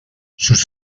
sus